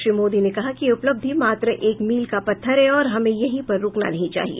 श्री मोदी ने कहा कि यह उपलब्धि मात्र एक मील का पत्थर है और हमें यहीं पर रूकना नहीं चाहिए